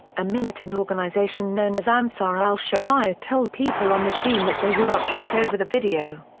a militant organization known as ansar al-shariah told people on the scene that they were upset over the video.